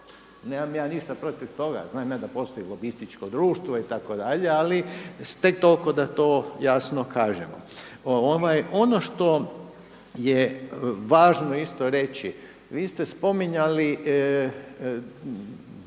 Nemam ja ništa protiv toga, znam ja da postoji lobističko društvo itd. Ali tek toliko da to jasno kažemo. Ono što je važno isto reći, vi ste spominjali bivše